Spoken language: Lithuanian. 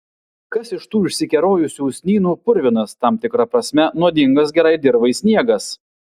kas iš tų išsikerojusių usnynų purvinas tam tikra prasme nuodingas gerai dirvai sniegas